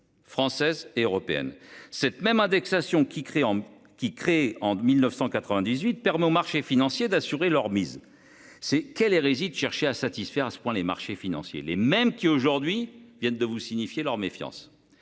française et européenne. Cette même indexation qui crée un qui crée en 1998 permet aux marchés financiers d'assurer leur mise. C'est quelle hérésie chercher à satisfaire à ce point les marchés financiers. Les mêmes qui aujourd'hui viennent de vous signifier leur méfiance.